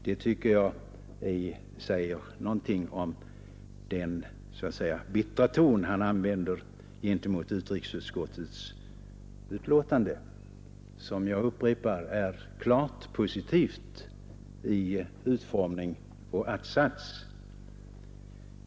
Det tycker jag säger någonting om den bittra ton han använder gentemot utrikesutskottets betänkande, vilket — jag upprepar det — är klart positivt i utformning och att-sats.